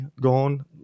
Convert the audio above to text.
gone